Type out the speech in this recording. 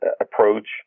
approach